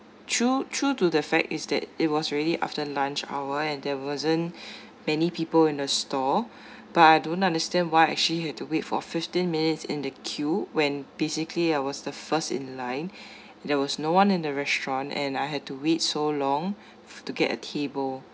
through through to the fact is that it was already after lunch hour and there wasn't many people in the store but I don't understand why I actually had to wait for fifteen minutes in the queue when basically I was the first in line there was no one in the restaurant and I had to wait so long to get a table